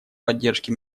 поддержке